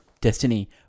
Destiny